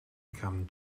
become